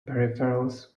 peripherals